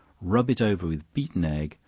rub it over with beaten egg,